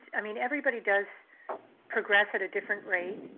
i mean, everybody does progress at a different rate.